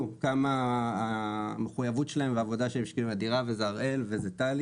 כמה המחויבת שלהם והעבודה שהם השקיעו היא אדירה וזה הראל וטלי,